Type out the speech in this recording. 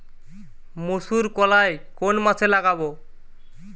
মুসুরকলাই কোন মাসে লাগাব?